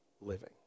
living